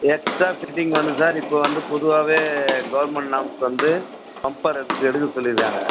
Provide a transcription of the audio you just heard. extra fitting வந்து sir இப்போது வந்து பொதுவாகவே கவுர்மெண்ட் நார்ம்ஸ் வந்து பம்பர் அதுக்கு எடுக்க சொல்லியிருக்காங்க